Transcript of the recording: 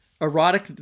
erotic